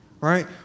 right